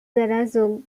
ignacio